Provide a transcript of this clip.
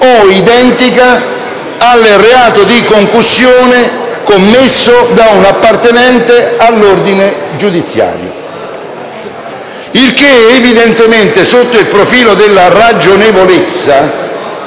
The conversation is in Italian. identica al reato di concussione commesso da un appartenente all'ordine giudiziario. Questo evidentemente, sotto il profilo della ragionevolezza,